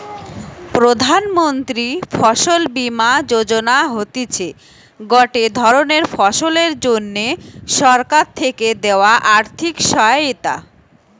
প্রধান মন্ত্রী ফসল বীমা যোজনা হতিছে গটে ধরণের ফসলের জন্যে সরকার থেকে দেয়া আর্থিক সহায়তা